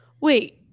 Wait